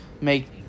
...make